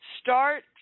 start